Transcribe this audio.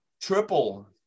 triple